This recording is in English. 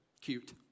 cute